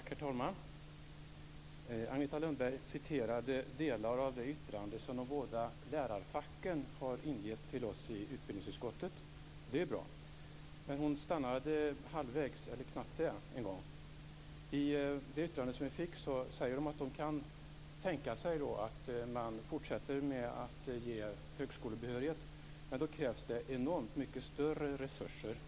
Herr talman! Agneta Lundberg citerade delar av det yttrande som de båda lärarfacken har kommit in med till oss i utbildningsutskottet, och det är bra. Men hon stannade halvvägs - eller knappt det en gång. I det yttrande som vi fick säger de att de kan tänka sig att man fortsätter att ge högskolebehörighet. Men då krävs det enormt mycket större resurser.